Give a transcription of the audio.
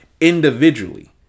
individually